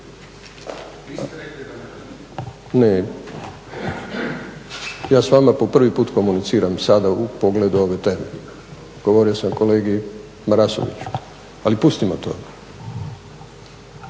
… Ja s vama po prvi put komuniciram sada u pogledu ove teme, govorio sam kolegi Marasoviću. Ali pustimo to.